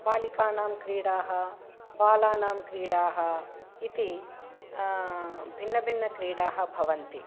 बालिकानां क्रीडाः बालानां क्रीडाः इति भिन्नभिन्नक्रीडाः भवन्ति